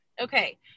okay